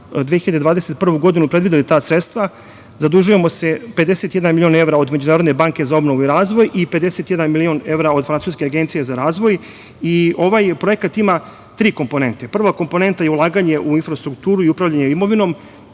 2021. godinu predvideli ta sredstva. Zadužujemo se 51 milion evra od Međunarodne banke za obnovu i razvoj i 51 milion evra od Francuske agencije za razvoj. Ovaj projekat ima tri komponente. Prva komponenta je ulaganje u infrastrukturu i upravljanje imovinom